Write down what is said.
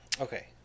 Okay